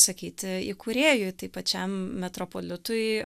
sakyti įkūrėjui tai pačiam metropolitui